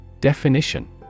Definition